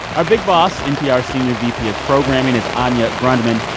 our big boss, npr's senior vp of programming, is anya grundmann.